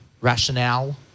rationale